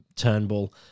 Turnbull